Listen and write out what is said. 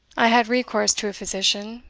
i had recourse to a physician,